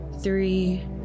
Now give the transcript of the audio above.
three